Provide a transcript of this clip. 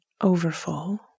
overfull